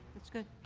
it's good.